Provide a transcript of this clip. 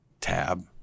tab